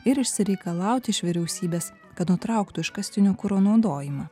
ir išsireikalauti iš vyriausybės kad nutrauktų iškastinio kuro naudojimą